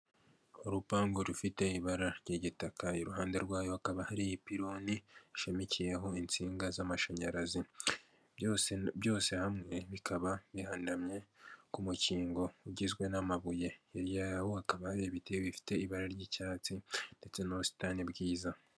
Urupangu rufite ibara ry'igitaka, iruhande rwayo hakaba hari ipironi, ishamikiyeho insinga z'amashanyarazi, byose hamwe bikaba bihanadamye ku mukingo ugizwe n'amabuye, hirya yaho, hakaba hari ibiti bifite ibara ry'icyatsi ndetse n'ubusitani bwiza.